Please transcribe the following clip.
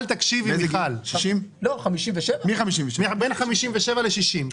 בין 57 ל-60.